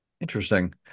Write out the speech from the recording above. interesting